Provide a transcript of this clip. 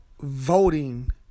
voting